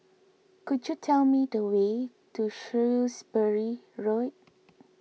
could you tell me the way to Shrewsbury Road